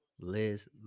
Liz